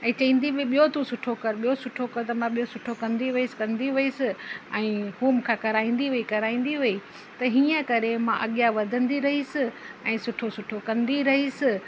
ऐं चवंदी हुई ॿियो तूं सुठो कर ॿियो तूं सुठो कर त मां ॿियो सुठो कंदी वईसि कंदी वईसि ऐं हू मूंखां कराईंदी वई कराईंदी वई त हीअं करे मां अॻियां वधंदी रईसि ऐं सुठो सुठो कंदी रईसि